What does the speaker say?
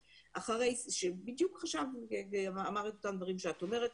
אחרי שבדיוק הוא אמר את אותם דברים שאת אומרת.